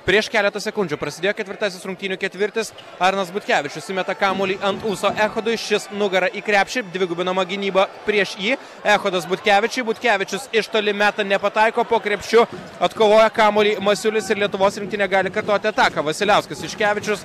prieš keletą sekundžių prasidėjo ketvirtasis rungtynių ketvirtis arnas butkevičius įmeta kamuolį ant ūso echodui šis nugara į krepšį dvigubinama gynyba prieš jį echodas butkevičiui butkevičius iš toli meta nepataiko po krepšiu atkovojo kamuolį masiulis ir lietuvos rinktinė gali kartoti ataką vasiliauskas juškevičius